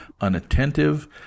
unattentive